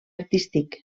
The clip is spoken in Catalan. artístic